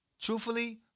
truthfully